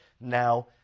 now